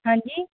ਹਾਂਜੀ